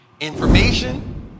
Information